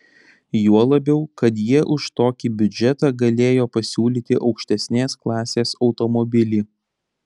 juo labiau kad jie už tokį biudžetą galėjo pasiūlyti aukštesnės klasės automobilį